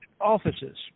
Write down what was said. offices